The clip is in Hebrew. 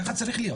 ככה צריך להיות,